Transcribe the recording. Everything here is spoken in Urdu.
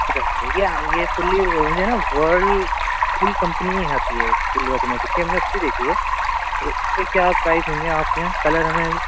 بہتر یہ یہ فلی مجھے نا ورلرپول کمپنی آتی ہے ایک فلی آٹومیٹک کے ہم نے اس کی دیکھی ہے تو اس میں کیا پرائز ہوں گے آپ کے یہاں کلر ہمیں